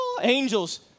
angels